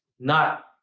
not,